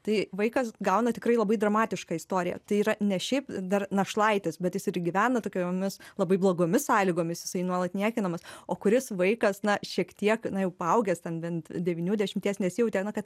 tai vaikas gauna tikrai labai dramatišką istoriją tai yra ne šiaip dar našlaitis bet jis ir gyvena tokiomis labai blogomis sąlygomis jisai nuolat niekinamas o kuris vaikas na šiek tiek na jau paaugęs ten bent devynių dešimties nesijautė na kad